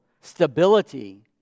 stability